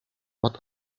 what